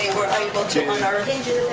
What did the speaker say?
were able to unearth hinges